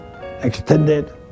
extended